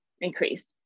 increased